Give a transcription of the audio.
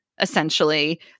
essentially